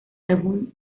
álbum